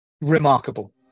remarkable